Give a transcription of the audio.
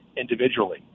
individually